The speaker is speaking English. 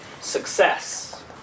success